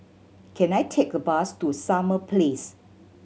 can I take a bus to Summer Place